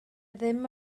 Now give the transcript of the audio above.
ddim